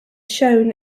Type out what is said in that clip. shown